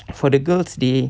for the girls they